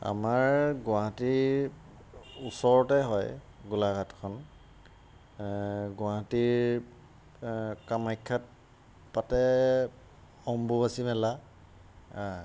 আমাৰ গুৱাহাটীৰ ওচৰতে হয় গোলাঘাটখন গুৱাহাটীৰ কামাখ্যাত পাতে অম্বুবাচী মেলা